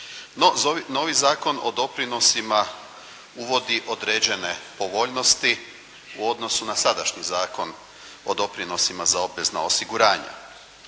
Novi Zakon o doprinosima uvodi određene povoljnosti u odnosu na sadašnji Zakon o doprinosima za obvezna osiguranja.